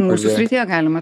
mūsų srityje galima